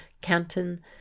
canton